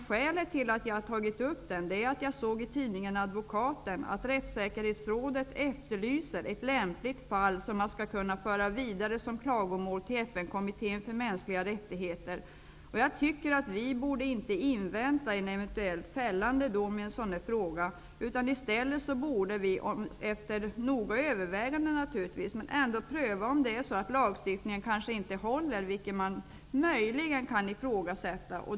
Skälet till att jag har tagit upp frågan är att jag i tidningen Advokaten läst att Rättssäkerhetsrådet efterlyser ett lämpligt fall att föra vidare som klagomål till FN-kommittén för mänskliga rättigheter. Jag tycker att vi inte borde invänta en eventuellt fällande dom i en sådan här fråga. Vi borde i stället, efter noggranna överväganden naturligtvis, pröva lagstiftningen för att se om den inte håller -- man kan möjligen ifrågasätta den.